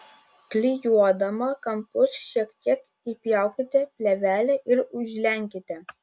klijuodama kampus šiek tiek įpjaukite plėvelę ir užlenkite